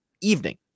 evening